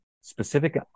specific